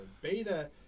Beta